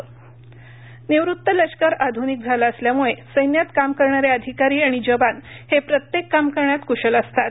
मेळावा निवृत्त लष्कर आधूनिक झालं असल्यामुळे सैन्यात काम करणारे अधिकारी आणि जवान हे प्रत्येक काम करण्यात कुशल असतात